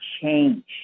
change